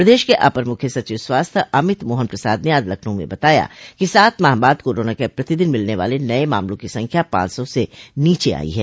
प्रदश के अपर मुख्य सचिव स्वास्थ्य अमित मोहन प्रसाद ने आज लखनऊ में बताया कि सात माह बाद कोरोना के प्रतिदिन मिलने वाले नये मामलों की संख्या पांच सौ से नीचे आई है